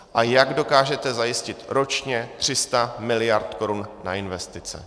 A jak dokážete zajistit ročně 300 mld. korun na investice?